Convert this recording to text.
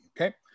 Okay